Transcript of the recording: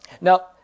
Now